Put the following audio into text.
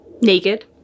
naked